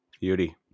Beauty